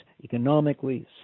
economically